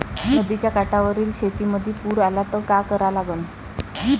नदीच्या काठावरील शेतीमंदी पूर आला त का करा लागन?